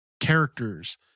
characters